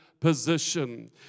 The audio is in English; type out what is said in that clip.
position